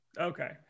Okay